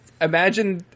imagine